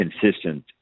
consistent